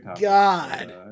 God